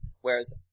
Whereas